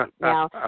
now